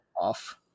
off